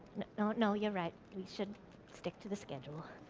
no, no, you're right. we should stick to the schedule.